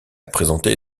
présenté